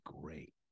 great